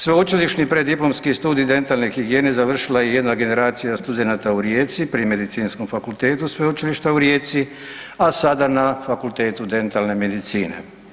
Sveučilišni preddiplomski studij dentalne higijene završila je i jedna generacija studenata u Rijeci pri Medicinskom fakultetu Sveučilišta u Rijeci, a sada na Fakultetu dentalne medicine.